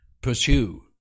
pursue